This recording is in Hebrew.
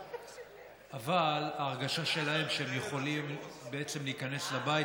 אבל ההרגשה שלהם היא שהם יכולים בעצם להיכנס לבית,